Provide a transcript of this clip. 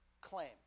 claim